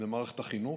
במערכת החינוך,